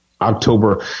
October